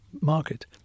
market